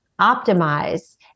optimize